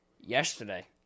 Yesterday